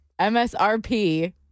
MSRP